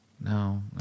no